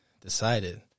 decided